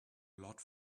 lot